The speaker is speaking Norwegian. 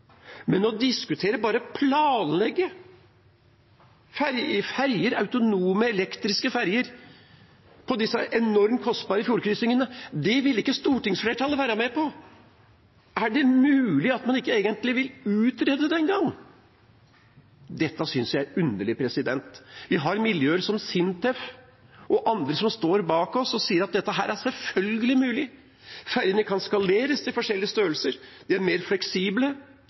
Men å diskutere bare å planlegge autonome, elektriske ferjer på disse enormt kostbare fjordkrysningene, det vil ikke stortingsflertallet være med på! Er det mulig at man egentlig ikke vil utrede det engang? Dette synes jeg er underlig. Vi har miljøer som SINTEF og andre som står bak oss og sier at dette selvfølgelig er mulig. Ferjene kan skaleres til forskjellige størrelser. De er mer fleksible.